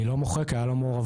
אני לא מוחק היה לו מעורבות שמה.